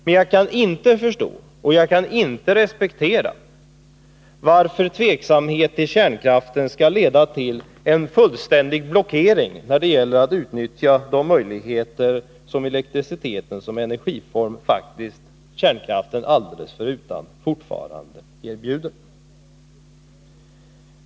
Men jag kan inte förstå och jag kan inte respektera varför tveksamhet till kärnkraften skall leda till en fullständig blockering när det gäller att utnyttja de möjligheter som elektriciteten som energiform — faktiskt kärnkraften alldeles förutan — fortfarande erbjuder.